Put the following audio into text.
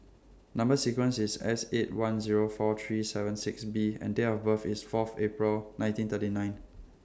Number sequence IS S eight one Zero four three seven six B and Date of birth IS Fourth April nineteen thirty nine